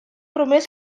promés